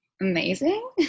amazing